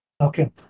Okay